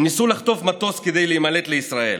הם ניסו לחטוף מטוס ריק כדי להימלט לישראל,